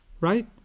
Right